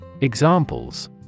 Examples